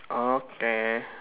okay